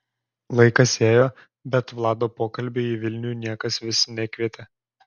laikas ėjo bet vlado pokalbiui į vilnių niekas vis nekvietė